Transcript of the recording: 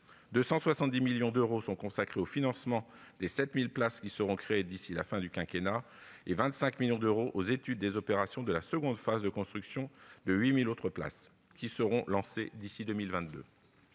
270 millions d'euros sont consacrés au financement des 7 000 places qui seront créées d'ici à la fin du quinquennat et 25 millions d'euros aux études des opérations de la seconde phase de construction de 8 000 places supplémentaires, qui seront lancées d'ici à 2022.